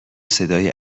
صدای